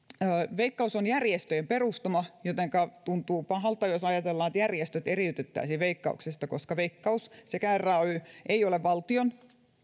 veikkaus on järjestöjen perustama jotenka tuntuu pahalta jos ajatellaan että järjestöt eriytettäisiin veikkauksesta koska veikkaus ja ray eivät ole valtion